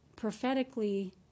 Prophetically